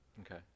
Okay